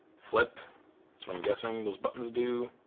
flip, that's what i'm guessing those buttons do.